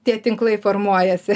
tie tinklai formuojasi